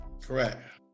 Correct